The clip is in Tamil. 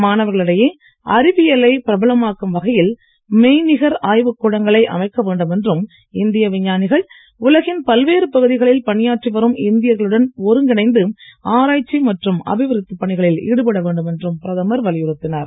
மாணவர்களிடையே அறிவியலை பிரபலமாக்கும் வகையில் மெய் நிகர் ஆய்வுக் கூடங்களை அமைக்க வேண்டும் என்றும் இந்திய விஞ்ஞானிகள் உலகின் பல்வேறு பகுதிகளில் பணியாற்றி வரும் இந்தியர்களுடன் ஒருங்கிணைந்து ஆராய்ச்சி மற்றும அபிவிருத்திப் பணிகளில் ஈடுபட வேண்டும் என்றும் பிரதமர் வலியுறுத்தினார்